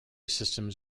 systems